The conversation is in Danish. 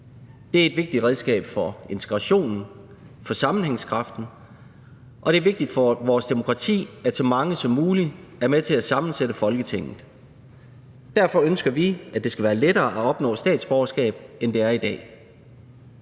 Det er et vigtigt redskab for integrationen og for sammenhængskraften, og det er vigtigt for vores demokrati, at så mange som muligt er med til at sammensætte Folketinget. Derfor ønsker vi, at det skal være lettere at opnå statsborgerskab, end det er i dag.